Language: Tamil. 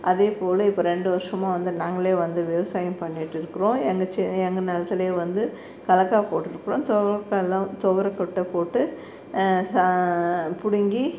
அதே போல் இப்போ ரெண்டு வருஷமாக வந்து நாங்களே வந்து விவசாயம் பண்ணிகிட்டு இருக்கிறோம் எங்கள் செ எங்கள் நிலத்துலயே வந்து கலக்கா போட்டுருக்குறோம் துவர கொட்டை போட்டு சா பிடிங்கி